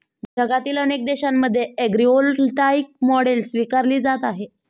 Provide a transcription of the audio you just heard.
जगातील अनेक देशांमध्ये ॲग्रीव्होल्टाईक मॉडेल स्वीकारली जात आहे